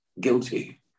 guilty